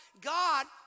God